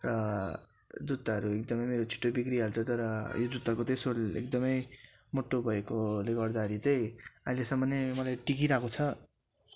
र जुत्ताहरू एकदमै मेरो छिट्टो बिग्रिहाल्छ तर यो जुत्ताको चाहिँ सोल एकदमै मोटो भएकोले गर्दाखेरि चाहिँ अहिलेसम्म नै टिकिरहेको छ